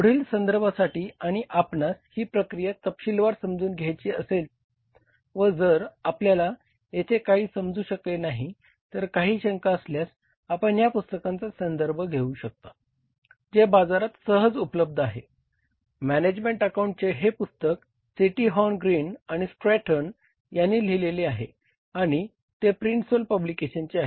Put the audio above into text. पुढील संदर्भासाठी आणि आपणास ही प्रक्रिया तपशीलवार समजून घ्यायची असेल व जर आपल्याला येथे काहीही समजू शकले नाही तर काही शंका असल्यास आपण ह्या पुस्तकाचा संदर्भ घेऊ शकता जे बाजारात सहज उपलब्ध आहे मॅनेजमेंट अकाउंटिंगचे हे पुस्तक सी टी हॉर्न ग्रीन आणि स्ट्रॅटटन यांनी लिहिलेले आहे आणि ते प्रिंट सोल पब्लिकेशनचे आहे